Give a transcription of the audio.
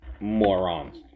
morons